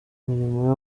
mirimo